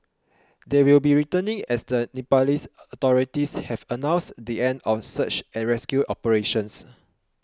they will be returning as the Nepalese authorities have announced the end of search and rescue operations